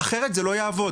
אחרת זה לא יעבוד,